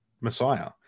Messiah